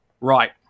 Right